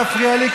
אבל אל תפריע לי,